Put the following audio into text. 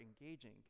engaging